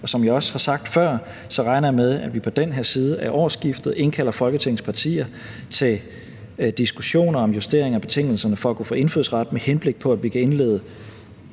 og som jeg også har sagt før, regner jeg med, at vi på den her side af årsskiftet indkalder Folketingets partier til diskussioner om justering af betingelserne for at kunne få indfødsret, med henblik på at vi kan indlede